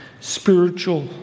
spiritual